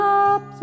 up